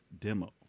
demo